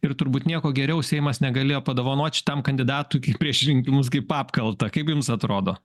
ir turbūt nieko geriau seimas negalėjo padovanot šitam kandidatui kaip prieš rinkimus kaip apkaltą kaip jums atrodo